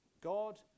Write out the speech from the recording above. God